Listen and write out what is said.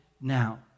now